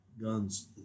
guns